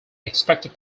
expected